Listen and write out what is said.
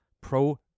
pro